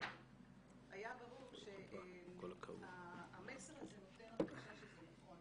היה ברור שהמסר הזה נותן הרגשה שזה נכון